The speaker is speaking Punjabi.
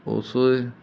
ਉਸੇ